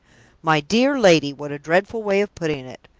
my dear lady, what a dreadful way of putting it!